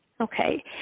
Okay